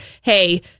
hey